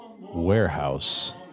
warehouse